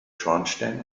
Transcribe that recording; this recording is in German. schornstein